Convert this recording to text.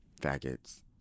faggots